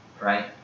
right